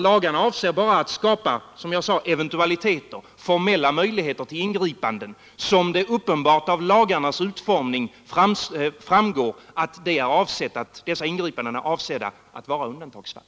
Lagarna avser bara att skapa, som jag sade, formella möjligheter till ingripanden, men det framgår uppenbart av lagarnas utformning att dessa ingripanden är avsedda att vara undantagsfall.